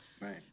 Right